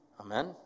Amen